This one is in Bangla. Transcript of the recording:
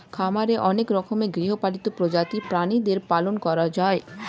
খামারে অনেক রকমের গৃহপালিত প্রজাতির প্রাণীদের পালন করা হয়